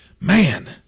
Man